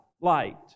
light